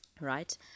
Right